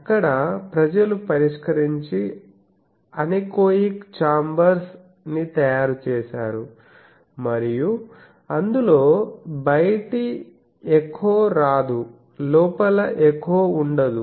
అక్కడ ప్రజలు పరిష్కరించి అనెకోయిక్ చాంబర్స్ ని తయారు చేశారు మరియు అందులో బయటి ఎకో రాదు లోపల ఎకో ఉండదు